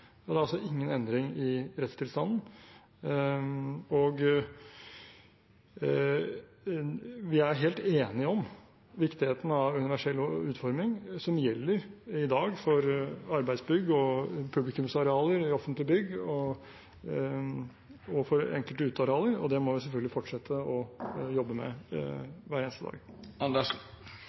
og det er altså ingen endring i rettstilstanden. Vi er helt enige om viktigheten av universell utforming som gjelder i dag for arbeidsbygg og publikumsarealer i offentlige bygg og for enkelte utearealer, og det må vi selvfølgelig fortsette å jobbe med hver eneste dag.